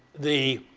the